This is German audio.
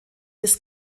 bis